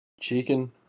chicken